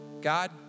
God